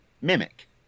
mimic